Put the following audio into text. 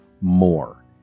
more